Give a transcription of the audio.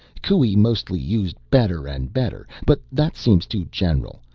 coue mostly used better and better but that seems too general.